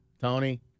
Tony